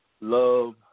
love